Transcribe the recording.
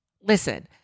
listen